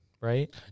Right